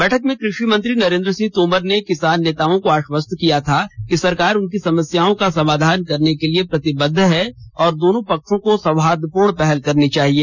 बैठक में क्रषि मंत्री नरेन्द्र सिंह तोमर ने किसान नेताओं को आश्वस्त किया था कि सरकार उनकी समस्याओं का समाधान करने के लिए प्रतिबद्ध है और दोनों पक्षों को सौहार्दपूर्ण पहल करनी चाहिए